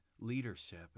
leadership